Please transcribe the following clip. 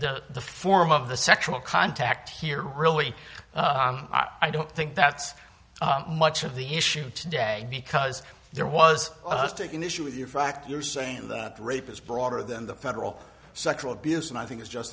be the form of the sexual contact here really i don't think that's much of the issue today because there was us taking issue with your fact you're saying that rape is broader than the federal sexual abuse and i think it's just